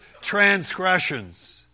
transgressions